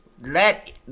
Let